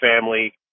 family